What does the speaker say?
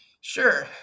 Sure